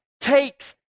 takes